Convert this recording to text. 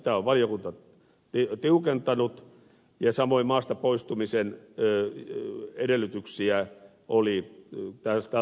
sitä on valiokunta tiukentanut ja samoin maasta poistumisen edellytyksiä oli tältä osin korjattu